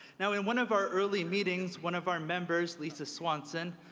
now, in one of our early meetings, one of our members, lisa swanson,